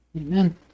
Amen